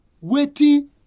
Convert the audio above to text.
waiting